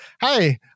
hey